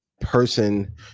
person